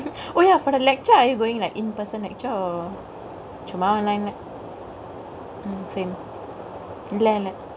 oh yeah for the lecture are you goingk like in person lecture or சும்மா:cumma online ல:le mm same இல்ல இல்ல:ille ille